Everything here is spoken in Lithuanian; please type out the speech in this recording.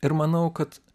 ir manau kad